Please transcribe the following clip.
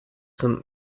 some